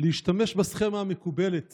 להשתמש בסכמה המקובלת